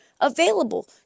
available